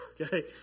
okay